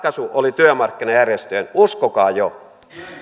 lomarahoja leikataan oli työmarkkinajärjestöjen uskokaa jo